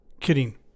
Kidding